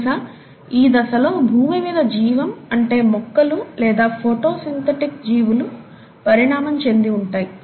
బహుశా ఈ దశలో భూమి మీద జీవం అంటే మొక్కలు లేదా ఫోటోసిన్థెటిక్ జీవులు పరిణామం చెంది ఉంటాయి